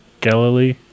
Galilee